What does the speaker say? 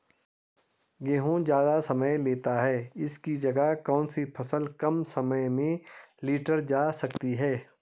गेहूँ ज़्यादा समय लेता है इसकी जगह कौन सी फसल कम समय में लीटर जा सकती है?